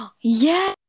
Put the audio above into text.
Yes